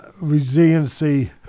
resiliency